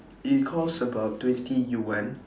it costs about twenty yuan